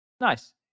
Nice